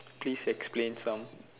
please explain some